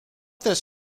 this